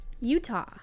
Utah